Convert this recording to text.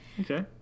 Okay